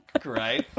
Great